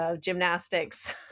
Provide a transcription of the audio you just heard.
gymnastics